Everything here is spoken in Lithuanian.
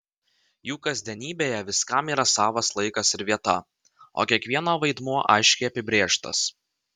jų kasdienybėje viskam yra savas laikas ir vieta o kiekvieno vaidmuo aiškiai apibrėžtas